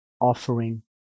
Offering